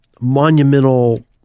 monumental